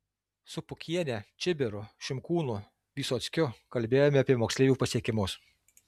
su pukiene čibiru šimkūnu vysockiu kalbėjome apie moksleivių pasiekimus